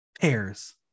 pairs